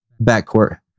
backcourt